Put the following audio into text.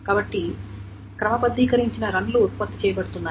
కాబట్టి క్రమబద్ధీకరించబడిన రన్ లు ఉత్పత్తి చేయ బడుతున్నాయి